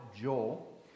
Joel